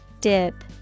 Dip